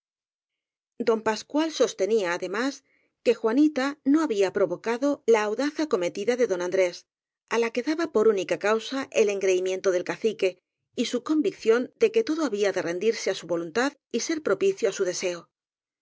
don pascual sostenía además que juanita no había provocado la audaz acometida de don an drés á la que daba por única causa el engrei miento del cacique y su convicción de que todo había de rendirse á su voluntad y ser propicio á su deseo